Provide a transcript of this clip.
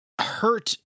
Hurt